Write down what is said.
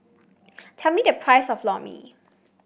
tell me the price of Lor Mee